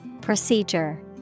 Procedure